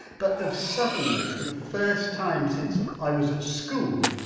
but of suddenly for the first time since i was at school,